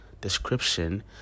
description